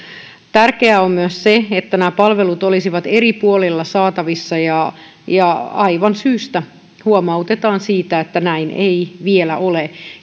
tärkeää on myös se että nämä palvelut olisivat eri puolilla saatavissa ja ja aivan syystä huomautetaan siitä että näin ei vielä ole